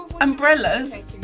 umbrellas